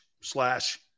slash